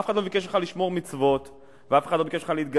אף אחד לא ביקש ממך לשמור מצוות ואף אחד לא ביקש ממך להתגייר.